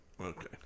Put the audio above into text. Okay